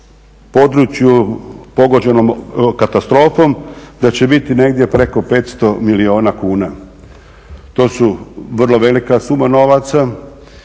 području pogođenom katastrofom, da će biti negdje preko 500 milijuna kuna. To su vrlo velika suma novaca